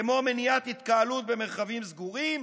כמו מניעת התקהלות במרחבים סגורים,